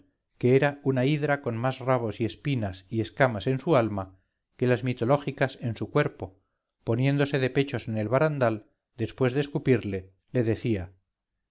que era una hidra con más rabos y espinas y escamas en su alma que las mitológicas en su cuerpo poniéndose de pechos en el barandal después de escupirle le decía